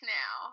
now